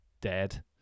dead